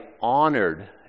honored